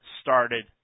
started